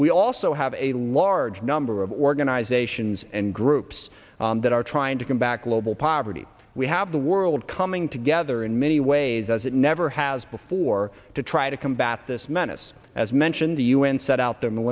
we also have a large number of organizations and groups that are trying to come back global poverty we have the world coming together in many ways as it never has before to try to combat this menace as mentioned the u n set out the